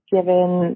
Given